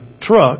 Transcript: truck